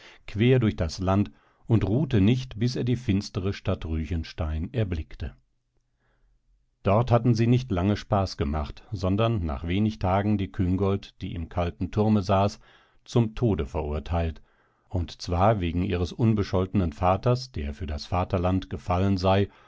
quer durch das land und ruhte nicht bis er die finstere stadt ruechenstein erblickte dort hatten sie nicht lange spaß gemacht sondern nach wenig tagen die küngolt die im kalten turme saß zum tode verurteilt und zwar wegen ihres unbescholtenen vaters der für das vaterland gefallen sei